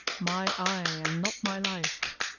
my eye and not my life!